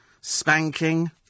spanking